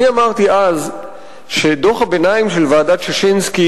אני אמרתי אז שדוח הביניים של ועדת-ששינסקי